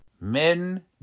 Men